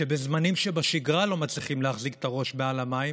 שבזמנים של שגרה לא מצליחים להחזיק את הראש מעל המים,